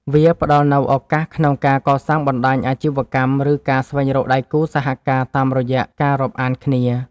វាផ្ដល់នូវឱកាសក្នុងការកសាងបណ្ដាញអាជីវកម្ម ឬការស្វែងរកដៃគូសហការតាមរយៈការរាប់អានគ្នា។